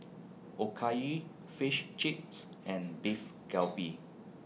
Okayu Fish Chips and Beef Galbi